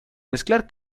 mezclar